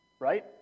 right